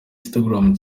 instagram